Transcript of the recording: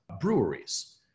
breweries